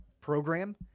program